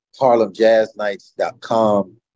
harlemjazznights.com